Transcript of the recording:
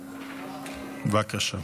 בבקשה.